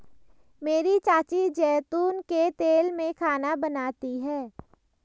मेरी चाची जैतून के तेल में खाना बनाती है